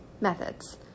Methods